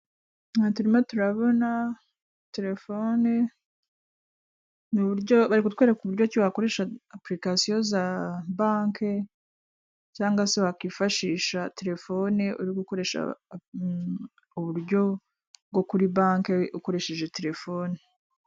Turimo turabona terefone bari kutwereka uburyo ki wakoresha apurikasiyo za banke cyangwa se wakifashisha terefone uri gukoresha uburyo bwo kuri banke ukoresheje terefone.